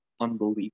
unbelievable